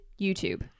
youtube